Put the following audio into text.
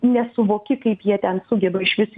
nesuvoki kaip jie ten sugeba išvis